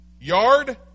Yard